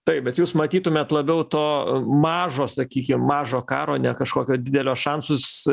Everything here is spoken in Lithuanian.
taip bet jūs matytumėt labiau to mažo sakykim mažo karo ne kažkokio didelio šansus